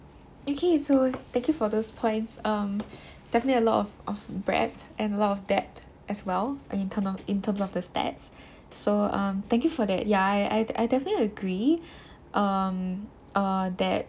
okay so thank you for those points um definitely a lot of of breadth and a lot of depth as well in term of in terms of the stats so um thank you for that ya I I definitely agree um uh that